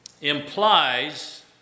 implies